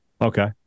Okay